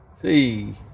See